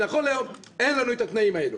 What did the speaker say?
נכון להיום אין לנו את התנאים האלה.